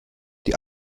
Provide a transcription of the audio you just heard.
die